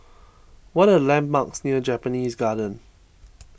what are the landmarks near Japanese Garden